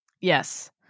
Yes